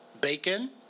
bacon